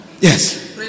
Yes